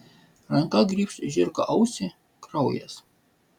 ranka grybšt žirgo ausį kraujas